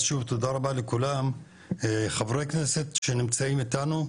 אז שוב תודה רבה לכולם, חברי כנסת שנמצאים איתנו,